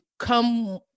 come